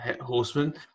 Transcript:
horseman